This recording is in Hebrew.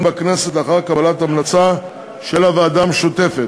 בכנסת לאחר קבלת המלצה של הוועדה המשותפת,